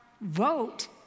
vote